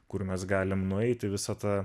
kur mes galim nueiti visa ta